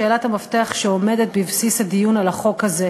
שאלת המפתח שעומדת בבסיס הדיון על החוק הזה.